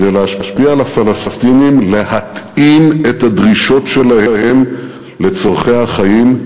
כדי להשפיע על הפלסטינים להתאים את הדרישות שלהם לצורכי החיים,